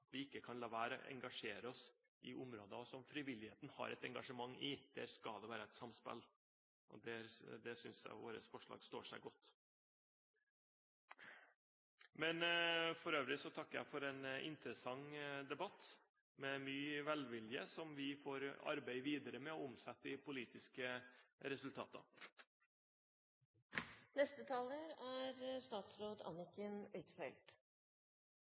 vi ikke kan la være å engasjere oss på områder som frivilligheten har et engasjement i. Der skal det være et samspill, og der synes jeg vårt forslag står seg godt. For øvrig takker jeg for en interessant debatt, en debatt med mye velvilje som vi får arbeide videre med og omsette i politiske